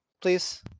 please